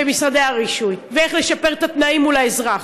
במשרדי הרישוי, ואיך לשפר את התנאים מול האזרח,